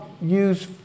use